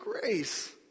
grace